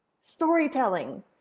Storytelling